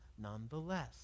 nonetheless